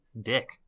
dick